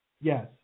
Yes